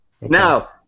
Now